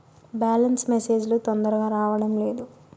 Balance message లు తొందరగా రావడం లేదు?